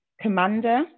Commander